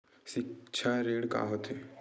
सिक्छा ऋण का होथे?